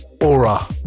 Aura